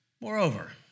Moreover